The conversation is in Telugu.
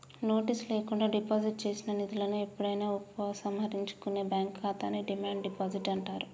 నోటీసు లేకుండా డిపాజిట్ చేసిన నిధులను ఎప్పుడైనా ఉపసంహరించుకునే బ్యాంక్ ఖాతాని డిమాండ్ డిపాజిట్ అంటారు